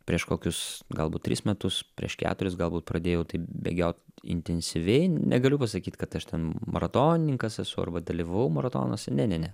prieš kokius galbūt tris metus prieš keturis galbūt pradėjau bėgiot intensyviai negaliu pasakyti kad aš ten maratonininkas esu arba dalyvavau maratonuose ne ne ne